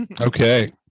Okay